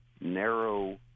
narrow